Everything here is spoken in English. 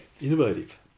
Innovative